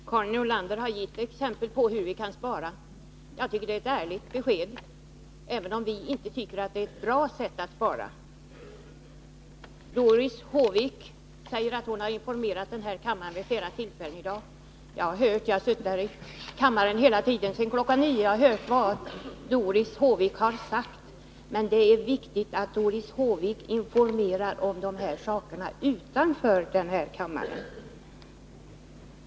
Herr talman! Karin Nordlander har gett exempel på hur vi kan spara, och det är ett ärligt besked, även om vi inte tycker att det är ett bra sätt att spara på. Doris Håvik säger att hon har informerat denna kammare vid flera tillfällen i dag. Ja, jag har suttit här i kammaren hela tiden sedan kl. 9, och jag har hört vad Doris Håvik har sagt. Men det är viktigt att hon informerar om de här sakerna också utanför denna kammare.